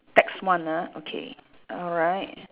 tax one ah okay alright